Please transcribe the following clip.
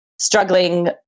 struggling